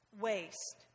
waste